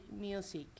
music